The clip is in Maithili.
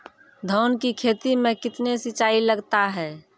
धान की खेती मे कितने सिंचाई लगता है?